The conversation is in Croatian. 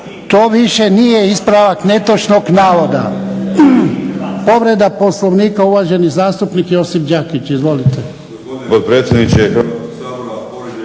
To više nije ispravak netočnog navoda. Povreda Poslovnika, uvaženi zastupnik Josip Đakić. Izvolite.